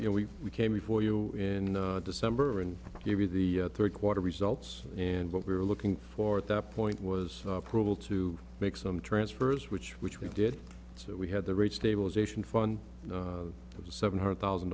know we we came before you in december and gave you the third quarter results and what we were looking for at that point was approval to make some transfers which which we did so we had the rate stabilization fund of seven hundred thousand